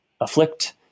afflict